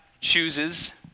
chooses